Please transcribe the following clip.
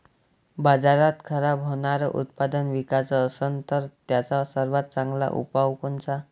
बाजारात खराब होनारं उत्पादन विकाच असन तर त्याचा सर्वात चांगला उपाव कोनता?